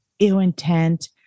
ill-intent